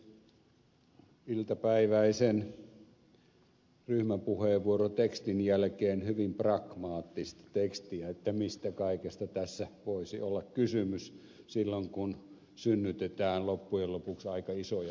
iltapäiväisen ryhmäpuheenvuorotekstin jälkeen hyvin pragmaattista tekstiä että mistä kaikesta tässä voisi olla kysymys silloin kun synnytetään loppujen lopuksi aika isoja lukuja